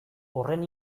horren